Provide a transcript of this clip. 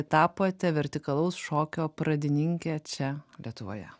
tapote vertikalaus šokio pradininke čia lietuvoje